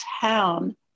town